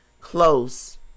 close